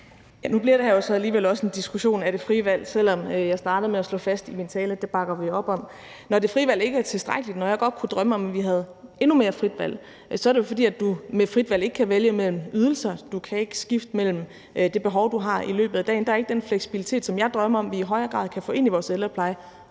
Nu bliver det her jo så alligevel også en diskussion af det frie valg, selv om jeg startede med at slå fast i min tale, at det bakker vi op om. Når det frie valg ikke er tilstrækkeligt, og når jeg godt kunne drømme om, at vi havde endnu mere frit valg, så er det jo, fordi du med frit valg ikke kan vælge mellem ydelser; du kan ikke skifte mellem de behov, du har i løbet af dagen; der er ikke den fleksibilitet, som jeg drømmer om at vi i højere grad kan få ind i vores ældrepleje,